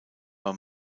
war